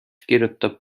kirjutab